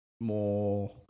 more –